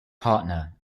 partner